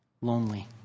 lonely